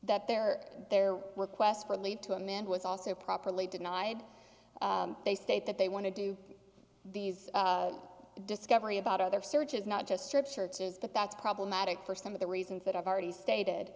their their request for a lead to a man was also properly denied they state that they want to do these discovery about other searches not just strip searches but that's problematic for some of the reasons that i've already